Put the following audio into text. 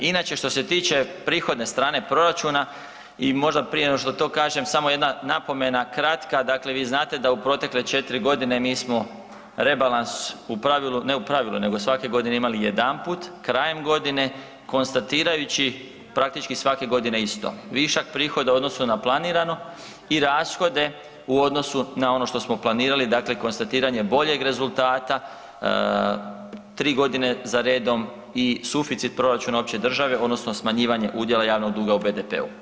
Inače što se tiče prihodne strane proračuna i možda prije no što to kažem samo jedna napomena kratka, dakle vi znate da u protekle 4 godine mi smo rebalans u pravilu, ne u pravilu nego svake godine imali jedanput krajem godine, konstatirajući praktički svake godine isto, višak prihoda u odnosu na planirano i rashode u odnosu na ono što smo planirali konstatiranje boljeg rezultata, tri godine za redom i suficit proračuna opće države odnosno smanjivanje udjela javnog duga u BDP-u.